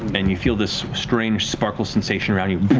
and you feel this strange sparkle sensation around you,